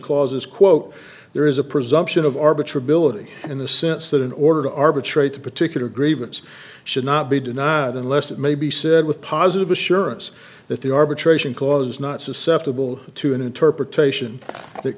clauses quote there is a presumption of arbitrary billeted in the sense that in order to arbitrate a particular grievance should not be denied unless it may be said with positive assurance that the arbitration clause is not susceptible to an interpretation that